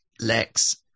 Lex